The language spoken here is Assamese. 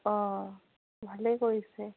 অঁ ভালেই কৰিছে